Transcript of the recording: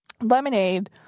lemonade